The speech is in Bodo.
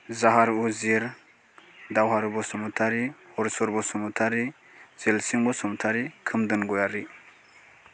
जाहार उजिर दावहारु बसुमथारी हरिसर बसुमथारी जेलसिं बसुमथारी खोमदोन गयारी